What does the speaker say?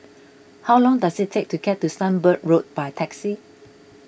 how long does it take to get to Sunbird Road by taxi